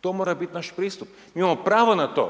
To mora biti naš pristup, mi imamo pravo na to